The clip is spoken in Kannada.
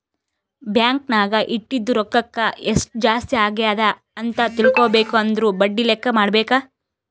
ಬ್ಯಾಂಕ್ ನಾಗ್ ಇಟ್ಟಿದು ರೊಕ್ಕಾಕ ಎಸ್ಟ್ ಜಾಸ್ತಿ ಅಗ್ಯಾದ್ ಅಂತ್ ತಿಳ್ಕೊಬೇಕು ಅಂದುರ್ ಬಡ್ಡಿ ಲೆಕ್ಕಾ ಮಾಡ್ಬೇಕ